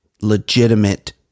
legitimate